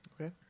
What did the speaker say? Okay